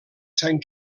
sant